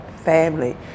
family